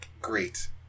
great